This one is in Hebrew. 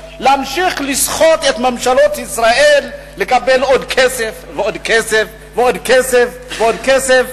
להמשיך לסחוט את ממשלות ישראל לקבל עוד כסף ועוד כסף ועוד כסף ועוד כסף.